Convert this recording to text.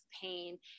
pain